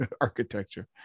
architecture